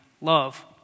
love